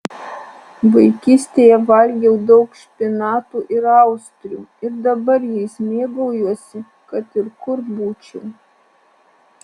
vaikystėje valgiau daug špinatų ir austrių ir dabar jais mėgaujuosi kad ir kur būčiau